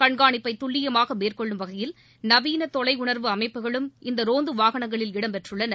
கண்காணிப்பை துல்லியமாக மேற்கொள்ளும் வகையில் நவீன தொலையுணர்வு அமைப்புகளும் இந்த ரோந்து வாகனங்களில் இடம் பெற்றுள்ளன